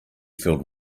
filled